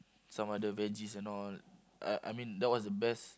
some other veggies and all I I mean that was the best